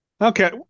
Okay